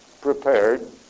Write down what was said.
prepared